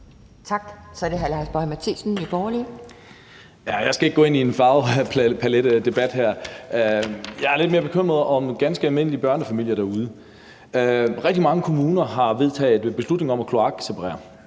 Jeg skal ikke gå ind i en farvepaletdebat her. Jeg er lidt mere bekymret for ganske almindelige børnefamilier derude. Rigtig mange kommuner har truffet beslutning om at kloakseparere,